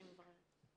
אני מבררת.